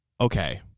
okay